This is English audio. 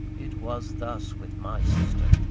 it was thus with my sister.